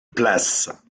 places